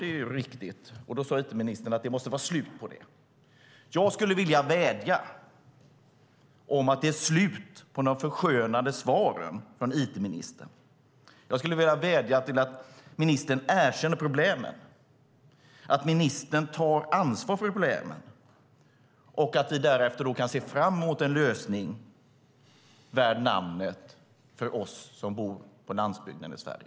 Det är riktigt. Då sade it-ministern att det måste var slut på det. Jag skulle vilja vädja om att det ska vara slut på de förskönande svaren från it-ministern. Jag skulle vilja vädja till ministern att erkänna problemen och att ta ansvar för problemen. Därefter kan vi se fram emot en lösning värd namnet för oss som bor på landsbygden i Sverige.